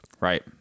Right